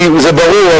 כי זה ברור.